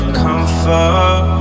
comfort